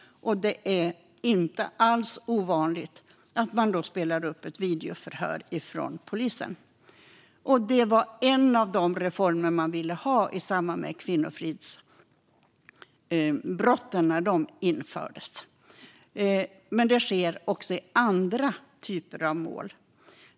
Det är inte alls ovanligt att man då spelar upp ett videoförhör från polisen. Det var en av de reformer man ville ha i samband med att kvinnofridsbrotten infördes. Men det sker också i andra typer av mål.